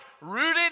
rooted